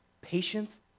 patience